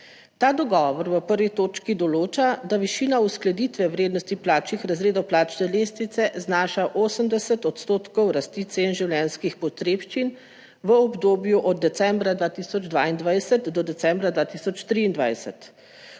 Ta dogovor v 1. točki določa, da višina uskladitve vrednosti plačnih razredov plačne lestvice znaša 80 odstotkov rasti cen življenjskih potrebščin v obdobju od decembra 2022 do decembra 2023,